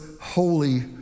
holy